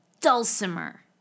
Dulcimer